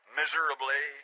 miserably